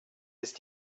ist